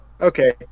Okay